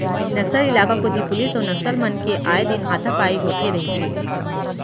नक्सल इलाका कोती पुलिस अउ नक्सल मन के आए दिन हाथापाई होथे रहिथे